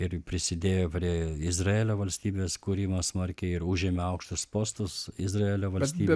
ir prisidėjo prie izraelio valstybės kūrimo smarkiai ir užėmė aukštus postus izraelio valstybėj